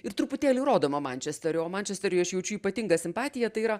ir truputėlį rodoma mančesterio o mančesteriui aš jaučiu ypatingą simpatiją tai yra